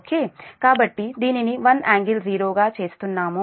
కాబట్టి మనము దీనిని 1∟0 గా చేస్తున్నాము